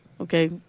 okay